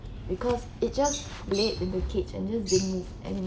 because it just laid in the cage and just didn't move anymore